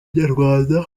inyarwanda